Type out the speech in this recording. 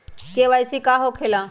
KYC का हो के ला?